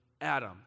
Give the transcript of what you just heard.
Adam